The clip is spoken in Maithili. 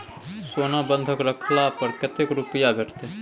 सोना बंधक रखला पर कत्ते रुपिया भेटतै?